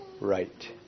right